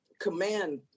command